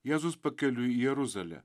jėzus pakeliui į jeruzalę